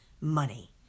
money